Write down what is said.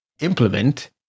implement